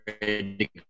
ready